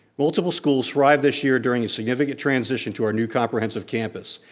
multiple schools thrived this year during a significant transition to our new comprehensive campus.